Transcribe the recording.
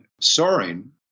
Soaring